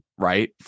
Right